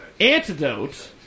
Antidote